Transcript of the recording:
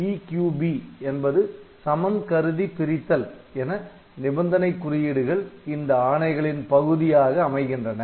EQB என்பது சமன் கருதி பிரித்தல் என நிபந்தனை குறியீடுகள் இந்த ஆணைகளின் பகுதியாக அமைகின்றன